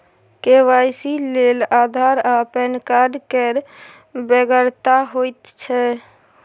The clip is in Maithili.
के.वाई.सी लेल आधार आ पैन कार्ड केर बेगरता होइत छै